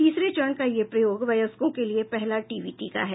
तीसरे चरण का यह प्रयोग वयस्कों के लिए पहला टीबी टीका है